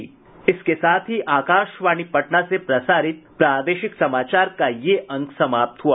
इसके साथ ही आकाशवाणी पटना से प्रसारित प्रादेशिक समाचार का ये अंक समाप्त हुआ